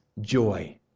joy